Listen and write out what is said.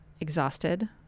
exhausted